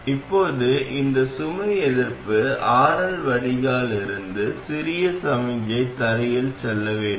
இப்போது இந்த சுமை எதிர்ப்பு RL வடிகால் இருந்து சிறிய சமிக்ஞை தரையில் செல்ல வேண்டும்